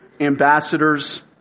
Ambassadors